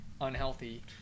unhealthy